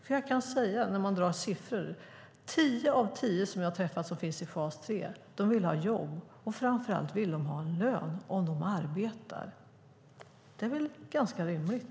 När det gäller siffror kan jag nämligen säga att tio av tio jag har träffat som finns i fas 3 vill ha jobb. Framför allt vill de ha en lön om de arbetar. Det är väl ganska rimligt.